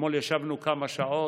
אתמול ישבנו כמה שעות,